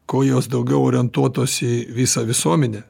kuo jos daugiau orientuotos į visą visuomenę